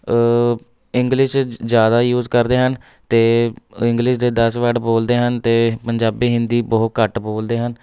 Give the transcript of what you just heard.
English ਜ ਜ਼ਿਆਦਾ use ਕਰਦੇ ਹਨ ਅਤੇ ਇੰਗਲਿਸ਼ ਦੇ ਦਸ ਵਰਡ ਬੋਲਦੇ ਹਨ ਅਤੇ ਪੰਜਾਬੀ ਹਿੰਦੀ ਬਹੁਤ ਘੱਟ ਬੋਲਦੇ ਹਨ